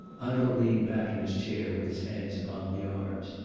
hanaud leaned back in his chair with his hands upon the arms.